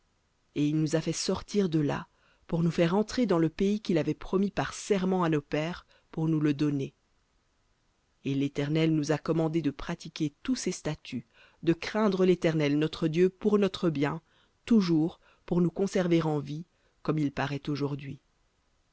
et il nous a fait sortir de là pour nous faire entrer dans le pays qu'il avait promis par serment à nos pères pour nous le donner et l'éternel nous a commandé de pratiquer tous ces statuts de craindre l'éternel notre dieu pour notre bien toujours pour nous conserver en vie comme aujourd'hui